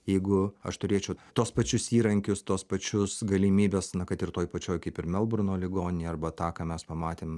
jeigu aš turėčiau tuos pačius įrankius tuos pačius galimybes na kad ir toj pačioj kaip ir melburno ligoninėj arba tą ką mes pamatėm